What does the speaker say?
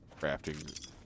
crafting